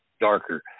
darker